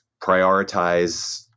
prioritize